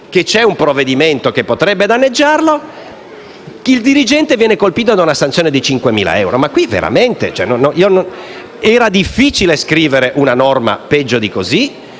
che c'è un provvedimento che potrebbe danneggiarlo - il dirigente viene colpito dalla sanzione di 5.000 euro. Ma veramente? Era difficile scrivere una norma peggiore di